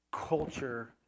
culture